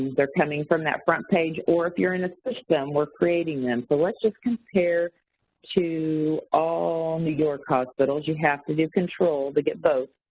they're coming from that front page, or if you're in the system, we're creating them so, let's just compare all new york hospitals, you have to do control to get both.